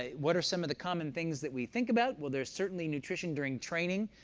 ah what are some of the common things that we think about? well, there's certainly nutrition during training.